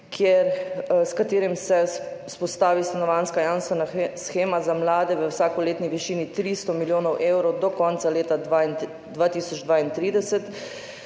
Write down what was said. s katerim se vzpostavi stanovanjska jamstvena shema za mlade v vsakoletni višini 300 milijonov evrov do konca leta 2032,